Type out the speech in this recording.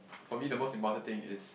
for me the most important thing is